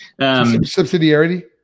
Subsidiarity